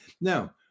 Now